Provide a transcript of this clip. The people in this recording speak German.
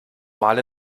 mal